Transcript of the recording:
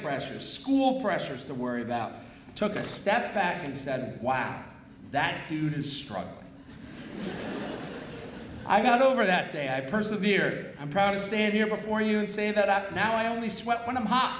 pressures school pressures to worry about took a step back and said wow that dude is struggling i got over that day i persevered i'm proud to stand here before you and say that now i only sweat when i'm hot